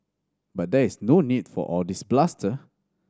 but there is no need for all this bluster